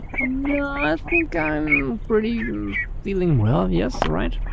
nah, i think i'm pretty doing well yes alright.